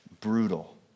brutal